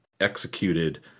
executed